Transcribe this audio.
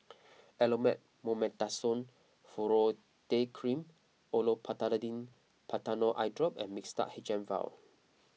Elomet Mometasone Furoate Cream Olopatadine Patanol Eyedrop and Mixtard H M Vial